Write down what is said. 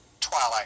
Twilight